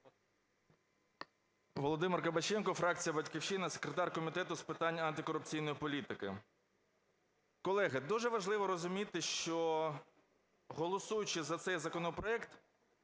Володимир Кабаченко, фракція "Батьківщина", секретар Комітету з питань антикорупційної політики. Колеги, дуже важливо розуміти, що, голосуючи за цей законопроект